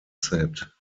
set